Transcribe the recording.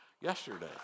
yesterday